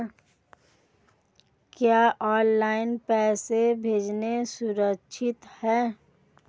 क्या ऑनलाइन पैसे भेजना सुरक्षित है?